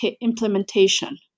implementation